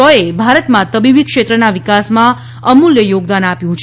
રોચે ભારતમાં તબીબી ક્ષેત્રના વિકાસમાં અમુલ્ય યોગદાન આપ્યું છે